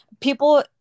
people